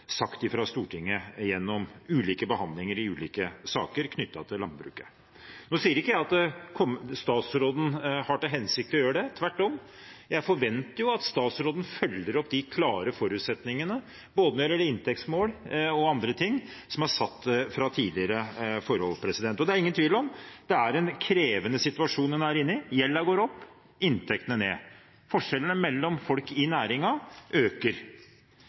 sagt fra Stortinget gjennom ulike behandlinger i ulike saker knyttet til landbruket. Nå sier jeg ikke at statsråden har til hensikt å gjøre det – tvert om. Jeg forventer jo at statsråden følger opp de klare forutsetningene, både når det gjelder inntektsmål og annet, som er satt tidligere. Det er ingen tvil om at det er en krevende situasjon en er i. Gjelden går opp og inntektene ned. Forskjellene mellom folk i næringen øker.